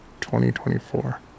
2024